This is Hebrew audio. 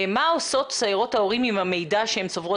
מה עושות סיירות ההורים עם המידע שהן צוברות?